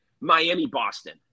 Miami-Boston